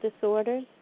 disorders